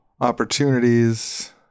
opportunities